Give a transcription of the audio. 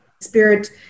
spirit